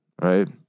right